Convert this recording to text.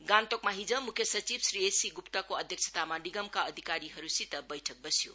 गान्तोकमा हिज मुख्य सचिव श्री एससि गुप्ताको अध्यक्षतामा निगमका अधिकारीहरूसित बैठक बस्यो